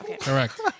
Correct